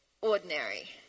Ordinary